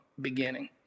beginning